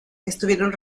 estuvieron